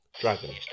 Dragon